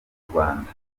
rwanda